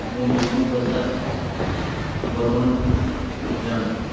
ମୁଁ ବିଷ୍ଣୁ ପ୍ରସାଦ ବର୍ମନ ମ୍ୟାମ୍